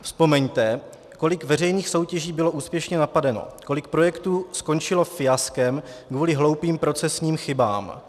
Vzpomeňte, kolik veřejných soutěží bylo úspěšně napadeno, kolik projektů skončilo fiaskem kvůli hloupým procesním chybám.